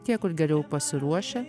tie kur geriau pasiruošę